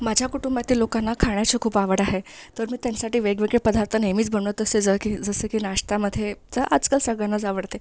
माझ्या कुटुंबातील लोकांना खाण्याची खूप आवड आहे तर मी त्यांच्यासाठी वेगवेगळे पदार्थ नेहमीच बनवत असते ज की जसे की नाश्तामध्ये जे आजकाल सगळ्यांनाच आवडते